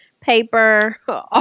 paper